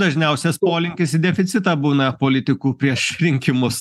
dažniausias polinkis į deficitą būna politikų prieš rinkimus